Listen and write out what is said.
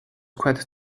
quite